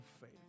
faith